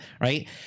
right